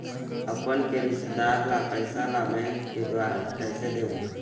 अपन के रिश्तेदार ला पैसा ला बैंक के द्वारा कैसे देबो?